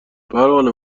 پروانه